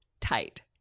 tight